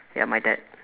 ya my dad